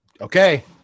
okay